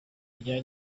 rya